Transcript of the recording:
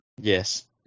Yes